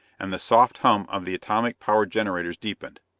and the soft hum of the atomatic power generators deepened.